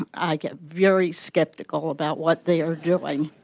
and i get very skeptical about what they're doing.